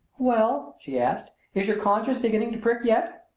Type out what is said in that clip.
well, she asked, is your conscience beginning to prick yet?